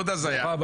עוד הזיה.